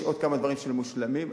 יש עוד כמה דברים שלא מושלמים,